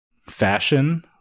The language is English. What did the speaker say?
fashion